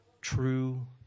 true